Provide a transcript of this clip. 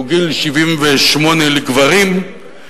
שהוא גיל 78 לגברים,